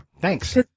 Thanks